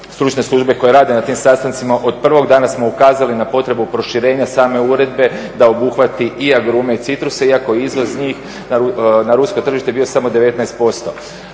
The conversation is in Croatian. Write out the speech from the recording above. stručne službe koje rade na tim sastancima od prvog dana smo ukazali na potrebu proširenja same uredbe da obuhvati i agrume i citruse iako je izvoz njih na rusko tržište bio samo 19%.